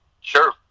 Sure